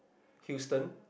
Hilston